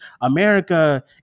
America